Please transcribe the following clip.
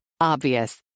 Obvious